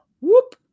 Whoop